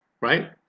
right